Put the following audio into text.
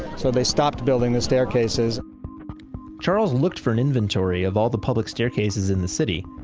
so they stopped building the staircases charles looked for an inventory of all the public staircases in the city,